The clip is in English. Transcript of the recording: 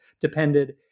depended